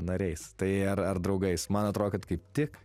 nariais tai ar ar draugais man atrodo kad kaip tik